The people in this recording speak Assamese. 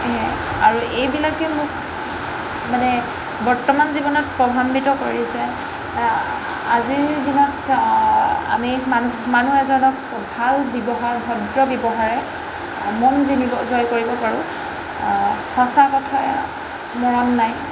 এয়াই আৰু এইবিলাকে মোক মানে বৰ্তমান জীৱনত প্ৰভান্বিত কৰিছে আজিৰ দিনত আমি মানুহ এজনক ভাল ব্যৱহাৰ ভদ্ৰ ব্যৱহাৰে মন জিনিব জয় কৰিব পাৰোঁ সঁচা কথা মৰণ নাই